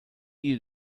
you